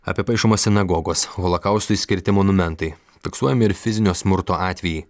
apipaišoma sinagogos holokaustui skirti monumentai fiksuojami ir fizinio smurto atvejai